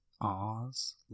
Oz